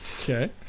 Okay